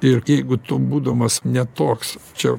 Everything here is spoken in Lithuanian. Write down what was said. ir jeigu tu būdamas ne toks čia